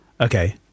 okay